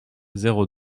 zéro